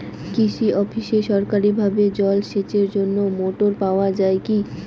কৃষি অফিসে সরকারিভাবে জল সেচের জন্য মোটর পাওয়া যায় কি?